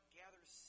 gathers